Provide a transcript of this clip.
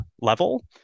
level